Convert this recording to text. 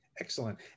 Excellent